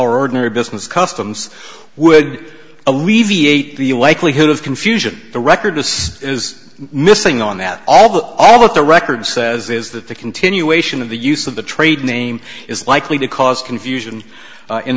ordinary business customs would alleviate the you likely hood of confusion the record is missing on that all the all the record says is that the continuation of the use of the trade name is likely to cause confusion